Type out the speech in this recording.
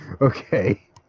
okay